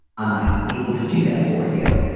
i'm not able to do that for you.